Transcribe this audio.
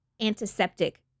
antiseptic